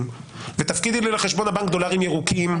ותפקידי לי לחשבון הבנק דולרים ירוקים.